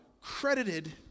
credited